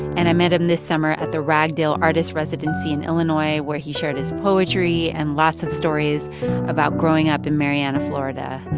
and i met him this summer at the ragdale artist residency in illinois, where he shared his poetry and lots of stories about growing up in marianna, fla. and